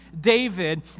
David